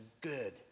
good